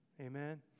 Amen